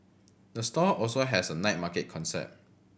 the store also has a night market concept